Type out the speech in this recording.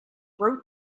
wrote